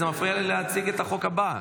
זה מפריע לי להציג את החוק הבא.